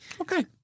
okay